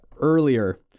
earlier